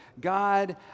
God